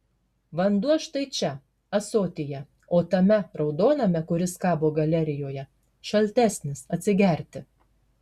vanduo štai čia ąsotyje o tame raudoname kuris kabo galerijoje šaltesnis atsigerti